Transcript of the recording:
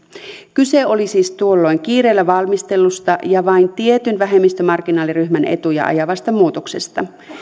kyse oli siis tuolloin kiireellä valmistellusta ja vain tietyn vähemmistömarginaaliryhmän etuja ajavasta muutoksesta